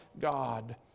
God